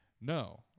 No